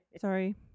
Sorry